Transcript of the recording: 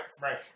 Right